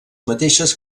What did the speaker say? mateixes